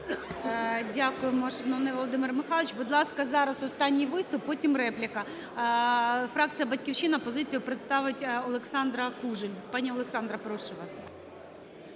Дякуємо, шановний Володимир Михайлович. Будь ласка, зараз останній виступ, потім репліка. Фракція "Батьківщина", позицію представить Олександра Кужель. Пані Олександра, прошу вас.